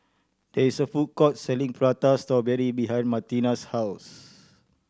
there is a food court selling Prata Strawberry behind Martina's house